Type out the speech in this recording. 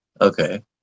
Okay